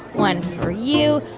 one for you.